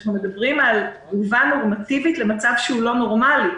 אנחנו מדברים על תגובה נורמטיבית למצב שהוא לא נורמלי,